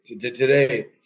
today